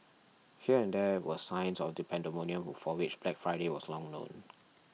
here and there were signs of the pandemonium for which Black Friday was long known